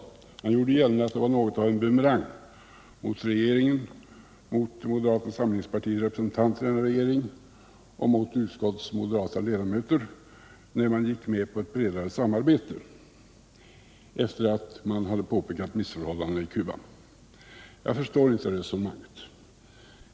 Mats Hellström gjorde gällande att det förhållandet att man gick med på ett bredare samarbete efter att ha påpekat missförhållandena i Cuba var något av en bumerang mot regeringen, mot moderata samlingspartiets representanter i denna regering och mot utskottets moderata ledamöter. Jag förstår inte det resonemanget.